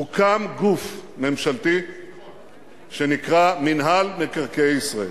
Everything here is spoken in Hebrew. הוקם גוף ממשלתי שנקרא "מינהל מקרקעי ישראל".